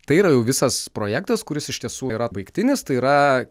tai yra jau visas projektas kuris iš tiesų yra baigtinis tai yra